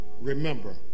remember